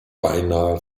beinahe